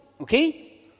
Okay